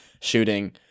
Shooting